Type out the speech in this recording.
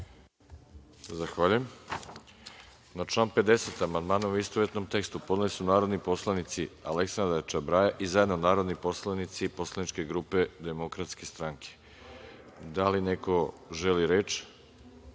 Zahvaljujem. Na član 50. amandmane u istovetnom tekstu podneli su narodni poslanici Aleksandra Čabraja i zajedno narodni poslanici Poslaničke grupe DS.Da li neko želi reč? Reč